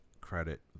credit